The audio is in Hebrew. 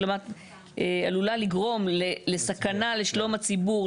או שהשלמת ההעתקה בתקופה הקצובה האמורה עלולה לגרום לסכנה לשלום הציבור,